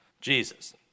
Jesus